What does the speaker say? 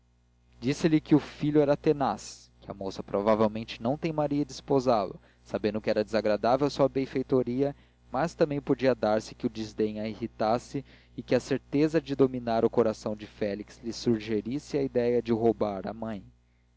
padecer disse-lhe que o filho era tenaz que a moça provavelmente não teimaria em desposá lo sabendo que era desagradável à sua benfeitora mas também podia dar-se que o desdém a irritasse e que a certeza de dominar o coração de félix lhe sugerisse a idéia de o roubar à mãe